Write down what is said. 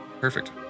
Perfect